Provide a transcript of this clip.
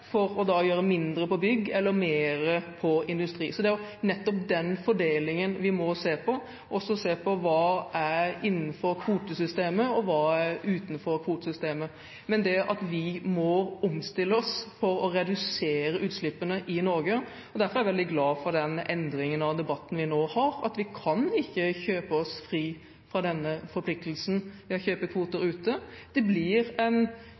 for da å gjøre mindre på bygg eller mer på industri? Det er nettopp den fordelingen vi må se på, og også se på hva som er innenfor kvotesystemet, og hva som er utenfor kvotesystemet. Men vi må omstille oss for å redusere utslippene i Norge. Derfor er jeg veldig glad for den endringen av debatten vi nå har, at vi ikke kan kjøpe oss fri fra denne forpliktelsen ved å kjøpe kvoter ute. Det blir å finne en